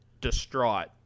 distraught